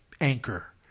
anchor